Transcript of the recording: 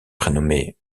prénommé